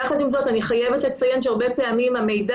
יחד עם זאת אני חייבת לציין שהרבה פעמים המידע